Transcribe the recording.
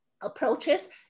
approaches